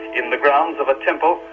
in the grounds of a temple,